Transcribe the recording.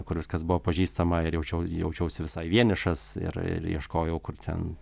kur viskas buvo pažįstama ir jaučiau jaučiausi visai vienišas ir ir ieškojau kur ten